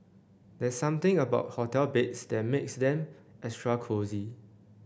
there's something about hotel beds that makes them extra cosy